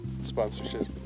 sponsorship